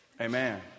amen